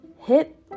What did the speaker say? hit